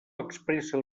expressa